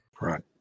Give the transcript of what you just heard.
Right